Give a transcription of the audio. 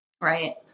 Right